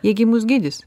jie gi mus gydys